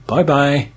Bye-bye